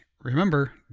remember